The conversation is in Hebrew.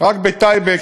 רק בטייבה,